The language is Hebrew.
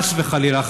חס וחלילה,